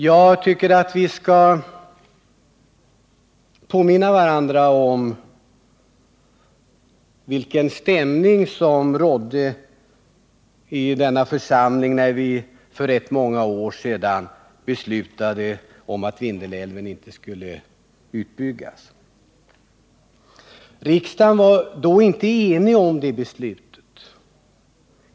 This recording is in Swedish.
Jag tycker att vi skall påminna varandra om vilken stämning som rådde i denna församling när vi för rätt många år sedan beslutade om att Vindelälven inte skulle utbyggas. Riksdagen var då inte enig om det beslutet.